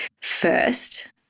First